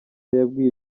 yabwiye